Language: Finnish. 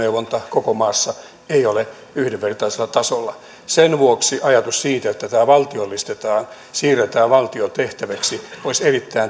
koko maassa ei ole yhdenvertaisella tasolla sen vuoksi ajatus siitä että tämä valtiollistetaan siirretään valtion tehtäväksi olisi erittäin tärkeä